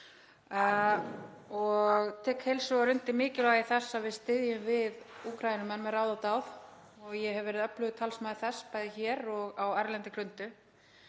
og tek heils hugar undir mikilvægi þess að við styðjum við Úkraínumenn með ráðum og dáð og ég hef verið öflugur talsmaður þess, bæði hér og á erlendri grundu.